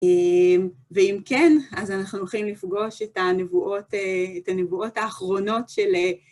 ואם כן, אז אנחנו הולכים לפגוש את הנבואות האחרונות של...